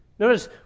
Notice